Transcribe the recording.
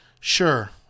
Sure